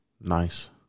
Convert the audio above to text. Nice